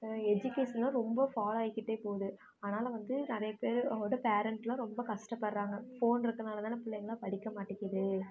எஜிகேஷன்லாம் ரொம்ப ஃபாய்ல் ஆகிக்கிட்டு போது அதனால் வந்து நிறைய பேர் அவங்களோடய பேரன்ட்லாம் ரொம்ப கஷ்டப்படுகிறாங்க ஃபோன் இருக்கிறனால் தான் பிள்ளைங்லாம் படிக்க மாட்டிக்கிது